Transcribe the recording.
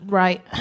right